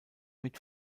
mit